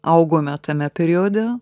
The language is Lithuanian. augome tame periode